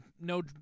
no